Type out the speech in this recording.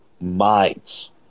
minds